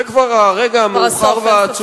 זה כבר הרגע המאוחר והעצוב.